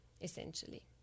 essentially